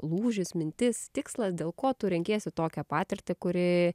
lūžis mintis tikslas dėl ko tu renkiesi tokią patirtį kuri